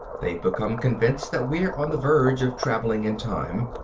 they've become convinced that we're on the verge of traveling in time.